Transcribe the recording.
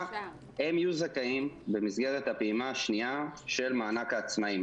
הם יהיו זכאים במסגרת הפעימה השנייה של מענק העצמאים,